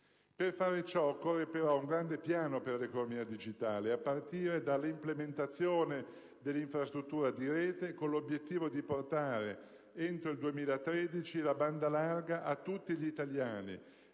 Per fare ciò occorre un grande piano per l'economia digitale, a partire dall'implementazione dell'infrastruttura di rete, con l'obiettivo di portare entro il 2013 la banda larga a tutti gli italiani